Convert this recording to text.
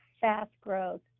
fast-growth